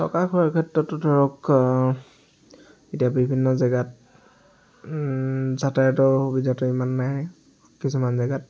থকা খোৱাৰ ক্ষেত্ৰতো ধৰক এতিয়া বিভিন্ন জেগাত যাতায়তৰ সুবিধাটো ইমান নাই কিছুমান জেগাত